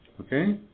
okay